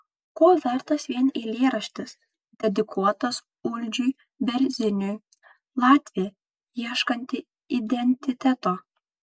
ko vertas vien eilėraštis dedikuotas uldžiui berziniui latvė ieškanti identiteto